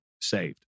saved